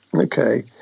okay